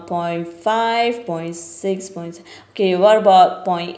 point five point six points okay what about point